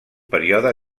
període